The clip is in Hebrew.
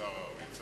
במגזר הערבי.